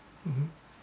mmhmm